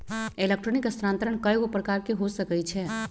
electronic स्थानान्तरण कएगो प्रकार के हो सकइ छै